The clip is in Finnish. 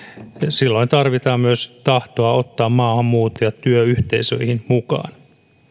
silloin tarvitaan myös tahtoa ottaa maahanmuuttajat työyhteisöihin mukaan